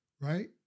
Right